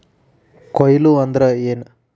ಕೊಯ್ಲು ಅಂದ್ರ ಏನ್?